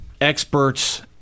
experts